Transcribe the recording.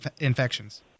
infections